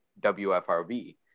WFRB